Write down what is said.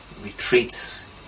retreats